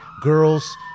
girls